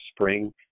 spring